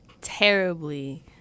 terribly